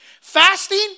Fasting